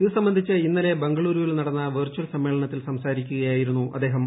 ഇത് സംബന്ധിച്ച് ഇന്നലെ ബെംഗളൂരുവിൽ നടന്ന വെർചൽ സമ്മേളനത്തിൽ സംസാരിക്കുകയായിരുന്നു അദ്ദേഹം